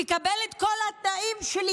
תקבל את כל התנאים שלי.